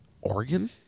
oregon